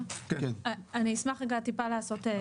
אני אשמח טיפה לעשות סדר.